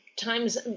times